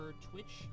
Twitch